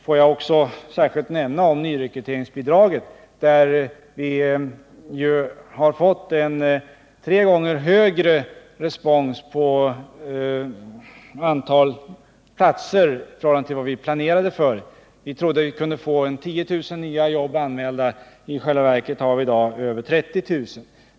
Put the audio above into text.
Jag kan också särskilt nämna nyrekryteringsbidraget, som har gett tre gånger högre respons i fråga om antalet platser i förhållande till vad vi planerade. Vi trodde vi kunde få 10 000 nya jobb anmälda, och i själva verket har vi i dag över 30 000.